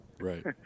right